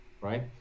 Right